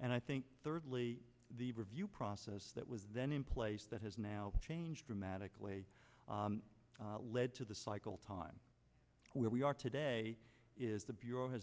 and i think thirdly the review process that was then in place that has now changed dramatically led to the cycle time where we are today is the bureau has